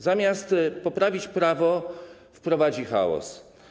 Zamiast poprawić prawo, wprowadzi chaos.